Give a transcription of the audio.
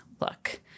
Look